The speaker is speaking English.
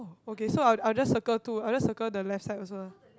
orh okay so I'll I'll just circle two I'll just circle the left side also